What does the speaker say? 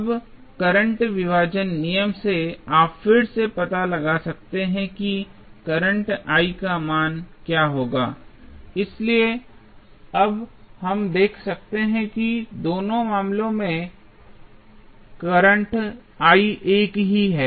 अब करंट विभाजन नियम से आप फिर से पता लगा सकते हैं कि करंट I का मान क्या होगा इसलिए अब हम देख सकते हैं दोनों मामलों में करंट I एक ही है